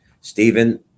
Stephen